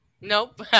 Nope